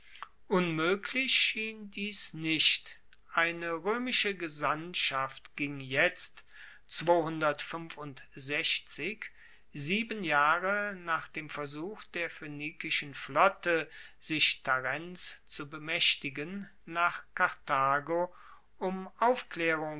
unmoeglich schien dies nicht eine roemische gesandtschaft ging jetzt sieben jahre nach dem versuch der phoenikischen flotte sich tarents zu bemaechtigen nach karthago um aufklaerung